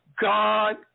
God